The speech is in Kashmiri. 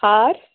ہار